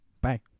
Bye